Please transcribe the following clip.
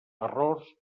errors